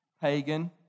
pagan